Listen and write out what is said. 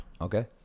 Okay